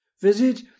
Visit